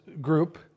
group